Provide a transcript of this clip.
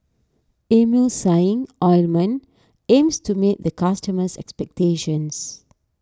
Emulsying Ointment aims to meet the customers' expectations